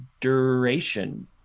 duration